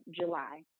July